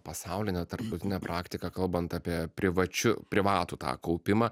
pasaulinę tarptautinę praktiką kalbant apie privačiu privatų tą kaupimą